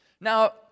Now